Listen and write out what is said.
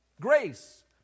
grace